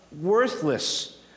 worthless